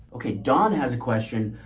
okay. dawn has a question.